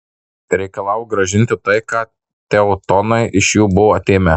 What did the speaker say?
reikalavo grąžinti tai ką teutonai iš jų buvo atėmę